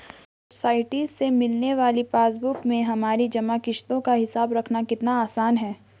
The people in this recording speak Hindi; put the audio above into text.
सोसाइटी से मिलने वाली पासबुक में हमारी जमा किश्तों का हिसाब रखना कितना आसान है